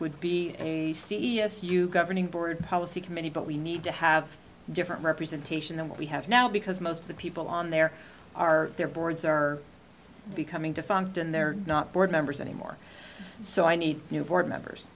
would be a c s u governing board policy committee but we need to have different representation than what we have now because most of the people on there are their boards are becoming defunct and they're not board members anymore so i need new board members